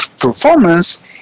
performance